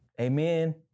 Amen